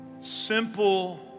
simple